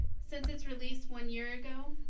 since its release one year ago,